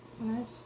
Nice